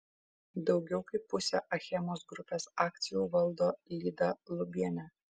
daugiau kaip pusę achemos grupės akcijų valdo lyda lubienė